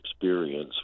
experience